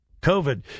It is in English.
COVID